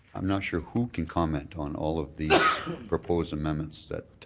i'm not sure who can comment on all of these proposed amendments that